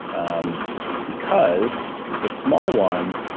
um because the small one.